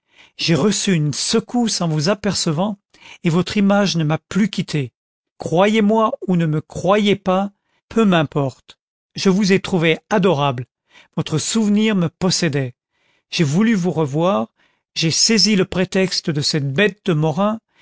j'ai reçu une secousse en vous apercevant et votre image ne m'a plus quitté croyez-moi ou ne me croyez pas peu m'importe je vous ai trouvée adorable votre souvenir me possédait j'ai voulu vous revoir j'ai saisi le prétexte de cette bête de morin